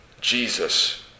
Jesus